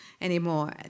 anymore